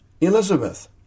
Elizabeth